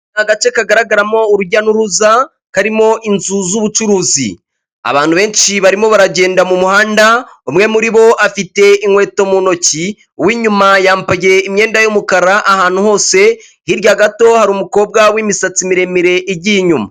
Ni agace kagaragaramo urujya n'uruza karimo inzu z'ubucuruzi, abantu benshi barimo baragenda mu muhanda, umwe muri bo afite inkweto mu ntoki, uw'inyuma yambaye imyenda y'umukara ahantu hose, hirya gato hari umukobwa w'imisatsi miremire igiye inyuma.